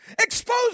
Expose